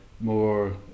more